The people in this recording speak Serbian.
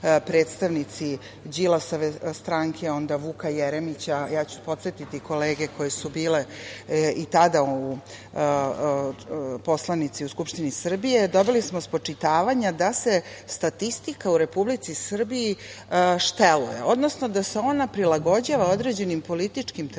predstavnici Đilasove stranke, onda Vuka Jeremića, ja ću podsetiti kolege koje su bile i tada poslanici u Skupštini Srbije, dobili smo spočitavanja da se statistika u Republici Srbiji šteluje, odnosno da se ona prilagođava određenim političkim trenucima,